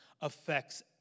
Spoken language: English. affects